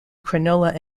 cronulla